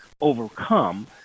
overcome